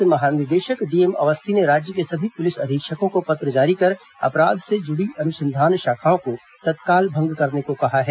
police महानिदेशक D M Awasthi ने राज्य के सभी पुलिस अधीक्षकों को पत्र जारी कर अपराध से जुड़ी अनुसंघान शाखाओं को तत्काल भंग करने को कहा है